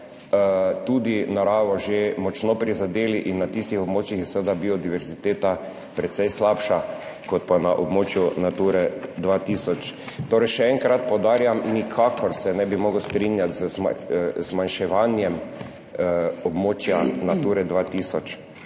tudi naravo že močno prizadeli in na tistih območjih je seveda biodiverziteta precej slabša kot pa na območju Nature 2000. Torej, še enkrat poudarjam, nikakor se ne bi mogel strinjati z zmanjševanjem območja Nature 2000.